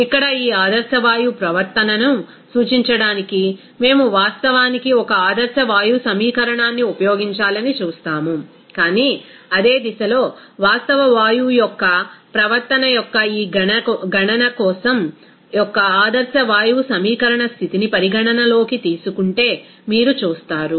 ఇక్కడ ఈ ఆదర్శ వాయువు ప్రవర్తనను సూచించడానికి మేము వాస్తవానికి ఒక ఆదర్శ వాయువు సమీకరణాన్ని ఉపయోగించాలని చూస్తాము కానీ అదే దిశలో వాస్తవ వాయువు యొక్క ప్రవర్తన యొక్క ఈ గణన కోసం యొక్క ఆదర్శ వాయువు సమీకరణ స్థితిని పరిగణనలోకి తీసుకుంటే మీరు చూస్తారు